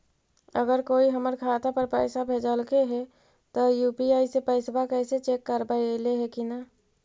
अगर कोइ हमर खाता पर पैसा भेजलके हे त यु.पी.आई से पैसबा कैसे चेक करबइ ऐले हे कि न?